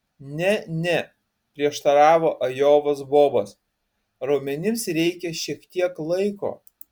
ne ne prieštaravo ajovos bobas raumenims reikia šiek tiek laiko